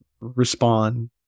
respond